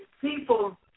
people